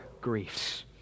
griefs